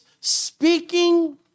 speaking